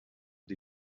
die